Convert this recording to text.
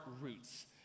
roots